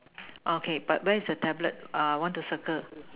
okay but where's the tablet uh want to circle